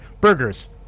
Burgers